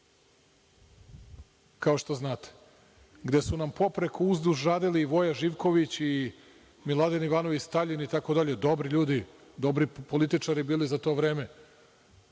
kao što znate, gde su nam popreko i uzduž radili i Voja Živković i Miladin Ivanović Staljin itd, dobri ljudi, dobri političari bili za to vreme?